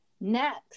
Next